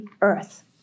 earth